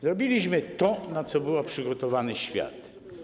Zrobiliśmy to, na co był przygotowany świat.